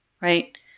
right